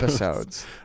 episodes